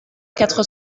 quatre